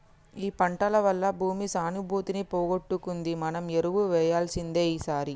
ఈ పంటల వల్ల భూమి సానుభూతిని పోగొట్టుకుంది మనం ఎరువు వేయాల్సిందే ఈసారి